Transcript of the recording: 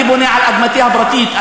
אני בונה על אדמתי הפרטית,